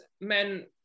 men